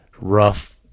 rough